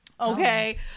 Okay